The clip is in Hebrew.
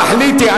תחליטי.